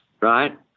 right